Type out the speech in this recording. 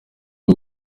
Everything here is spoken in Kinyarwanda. bwo